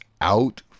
out